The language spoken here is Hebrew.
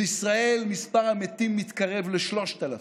בישראל מספר המתים מתקרב ל-3,000.